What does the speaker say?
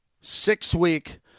six-week